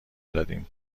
دادیم